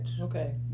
Okay